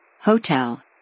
Hotel